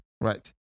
right